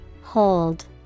Hold